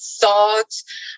thoughts